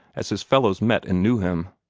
as his fellows met and knew him.